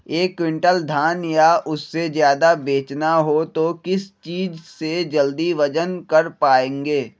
एक क्विंटल धान या उससे ज्यादा बेचना हो तो किस चीज से जल्दी वजन कर पायेंगे?